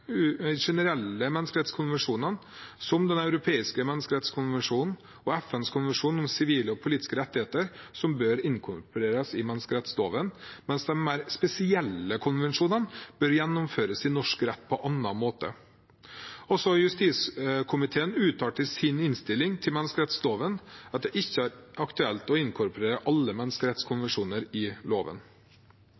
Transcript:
generelle menneskerettskonvensjonene, som Den europeiske menneskerettskonvensjon og FNs konvensjon om sivile og politiske rettigheter, som bør inkorporeres i menneskerettsloven, mens de mer spesielle konvensjonene bør gjennomføres i norsk rett på annen måte. Også justiskomiteen uttalte i sin innstilling til menneskerettsloven at det ikke er aktuelt å inkorporere alle